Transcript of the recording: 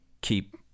keep